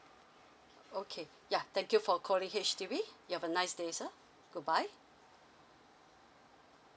okay yeah thank you for calling H_D_B you have a nice day sir good bye